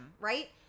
right